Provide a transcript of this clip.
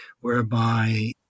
whereby